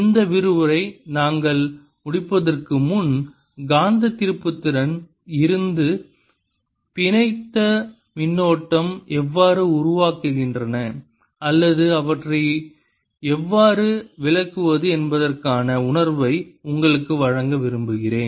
இந்த விரிவுரையை நாங்கள் முடிப்பதற்கு முன் காந்த திருப்புத்திறன் இருந்து பிணைந்த மின்னோட்டம் எவ்வாறு உருவாகின்றன அல்லது அவற்றை எவ்வாறு விளக்குவது என்பதற்கான உணர்வை உங்களுக்கு வழங்க விரும்புகிறேன்